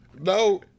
No